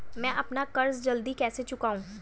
मैं अपना कर्ज जल्दी कैसे चुकाऊं?